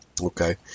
Okay